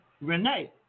Renee